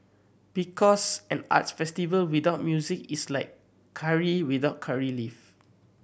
because an arts festival without music is like curry without curry leave